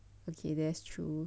ok that's true